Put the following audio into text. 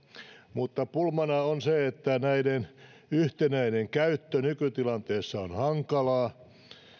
mutta pulmana on se että näiden yhtenäinen käyttö nykytilanteessa on hankalaa